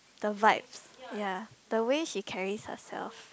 the vibes ya the way she carries herself